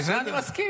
בזה אני מסכים.